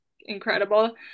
incredible